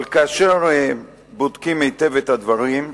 אבל כאשר בודקים היטב את הדברים,